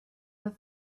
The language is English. the